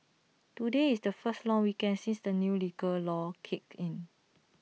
today is the first long weekend since the new liquor laws kicked in